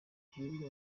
gihugu